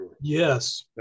Yes